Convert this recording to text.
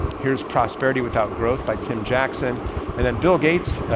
here's prosperity without growth by tim jackson and then bill gates.